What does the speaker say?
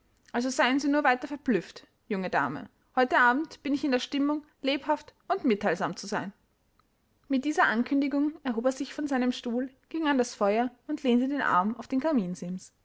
also seien sie nur weiter verblüfft junge dame heute abend bin ich in der stimmung lebhaft und mitteilsam zu sein mit dieser ankündigung erhob er sich von seinem stuhl ging an das feuer und lehnte den arm auf den